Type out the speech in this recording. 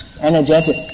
energetic